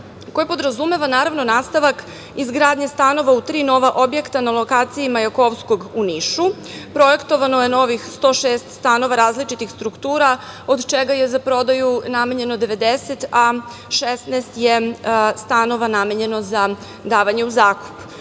koje podrazumeva nastavak izgradnje stanova u tri nova objekta na lokaciji Majakovskog u Nišu. Projektovano je novih 106 stanova različitih struktura, od čega je za prodaju namenjeno 90, a 16 je stanova namenjeno za davanje u zakup.U